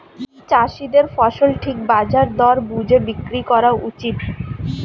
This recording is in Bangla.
চাষীদের ফসল ঠিক বাজার দর বুঝে বিক্রি করা উচিত